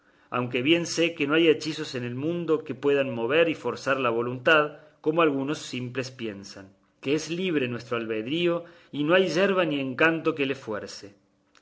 aunque bien sé que no hay hechizos en el mundo que puedan mover y forzar la voluntad como algunos simples piensan que es libre nuestro albedrío y no hay yerba ni encanto que le fuerce